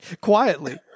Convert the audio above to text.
Quietly